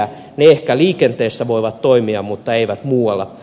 ne ehkä liikenteessä voivat toimia mutta eivät muualla